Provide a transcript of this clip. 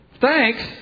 Thanks